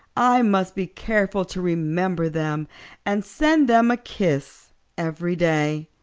i must be careful to remember them and send them a kiss every day.